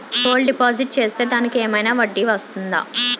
Gold deposit చేస్తే దానికి ఏమైనా వడ్డీ వస్తుందా?